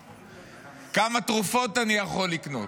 כמה תרופות אני יכול לקנות.